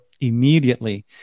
immediately